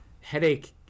headache